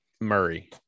Murray